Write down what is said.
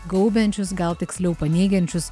gaubiančius gal tiksliau paneigiančius